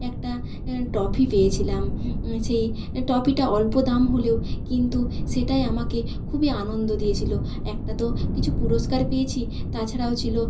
একটা ট্রফি পেয়েছিলাম সেই এ ট্রফিটা অল্প দাম হলেও কিন্তু সেটাই আমাকে খুবই আনন্দ দিয়েছিল একটা তো কিছু পুরস্কার পেয়েছি তাছাড়াও ছিল